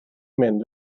mynd